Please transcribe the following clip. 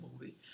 movie